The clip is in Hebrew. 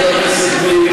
חבר הכנסת גליק,